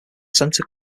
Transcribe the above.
center